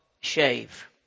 shave